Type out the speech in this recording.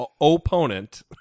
opponent